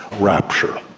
rapture.